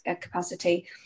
capacity